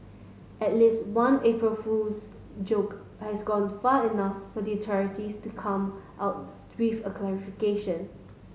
at least one April Fool's joke has gone far enough for the authorities to come out to with a clarification